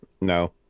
no